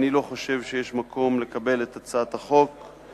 אני לא חושב שיש מקום לקבל את הצעת החוק ולסטות